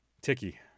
ticky